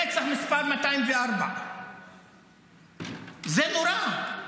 רצח מס' 204. זה נורא,